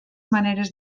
maneres